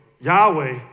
Yahweh